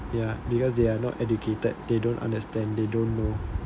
ya ya because they are not educated they don't understand they don't know